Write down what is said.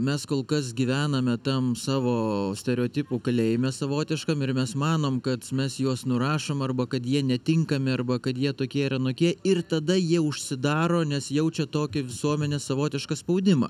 mes kol kas gyvename tam savo stereotipų kalėjime savotiškam ir mes manom kad mes juos nurašom arba kad jie netinkami arba kad jie tokie ir anokie ir tada jie užsidaro nes jaučia tokį visuomenės savotišką spaudimą